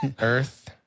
Earth